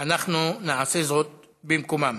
אנחנו נעשה זאת במקומם,